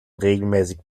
regelmäßig